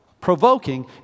provoking